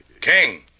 King